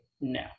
No